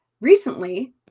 recently